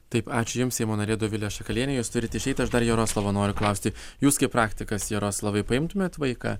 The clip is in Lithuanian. taip ačiū jums seimo narė dovilė šakalienė jūs turit išeiti aš dar jaroslavą noriu klausti jūs kaip praktikas jaroslavai paimtumėt vaiką